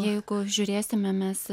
jeigu žiūrėsime mes